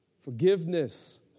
Forgiveness